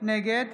נגד